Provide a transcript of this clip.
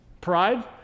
Pride